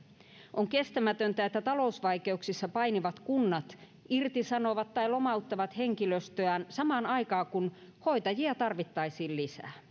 on kestämätöntä että talousvaikeuksissa painivat kunnat irtisanovat tai lomauttavat henkilöstöään samaan aikaan kun hoitajia tarvittaisiin lisää